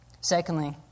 Secondly